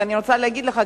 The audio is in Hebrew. ואני רוצה להגיד לך,